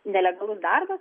nelegalus darbas